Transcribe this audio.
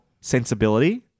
sensibility